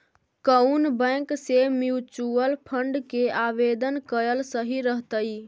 कउन बैंक से mutual fund के आवेदन कयल सही रहतई?